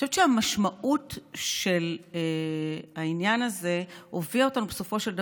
אני חושבת שהמשמעות של העניין הזה הביאה אותנו בסופו של דבר,